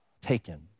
taken